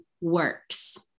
works